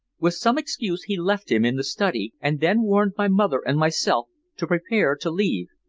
with some excuse he left him in the study, and then warned my mother and myself to prepare to leave.